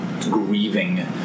grieving